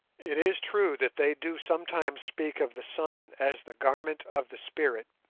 it is true that they do sometimes speak of the sun as the garment of the spirit,